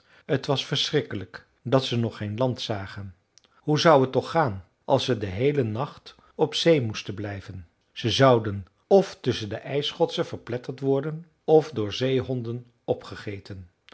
t was verschrikkelijk dat ze nog geen land zagen hoe zou t toch gaan als ze den heelen nacht op zee moesten blijven ze zouden f tusschen de ijsschotsen verpletterd worden f door zeehonden opgegeten